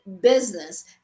business